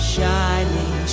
Shining